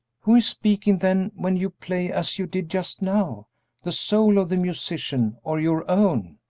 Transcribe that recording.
who is speaking, then, when you play as you did just now the soul of the musician or your own?